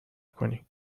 کنی